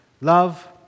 love